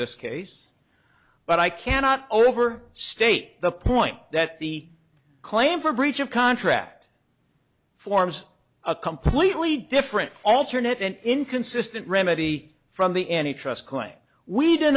this case but i cannot over state the point that the claim for breach of contract forms a completely different alternate and inconsistent remedy from the any trust point we do